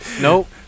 Nope